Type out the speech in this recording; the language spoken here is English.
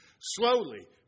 Slowly